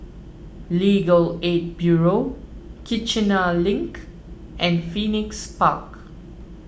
Legal Aid Bureau Kiichener Link and Phoenix Park